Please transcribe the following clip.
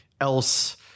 else